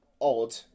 odd